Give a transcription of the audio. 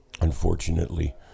Unfortunately